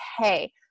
okay